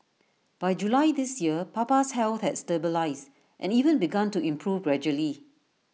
by July this year Papa's health had stabilised and even begun to improve gradually